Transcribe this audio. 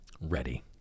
Ready